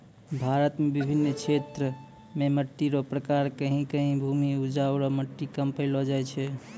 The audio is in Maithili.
भारत मे बिभिन्न क्षेत्र मे मट्टी रो प्रकार कहीं कहीं भूमि उपजाउ रो मट्टी कम पैलो जाय छै